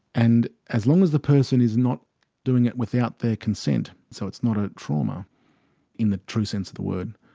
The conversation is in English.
and as long as the person is not doing it without their consent, so it's not a trauma in the true sense of the word,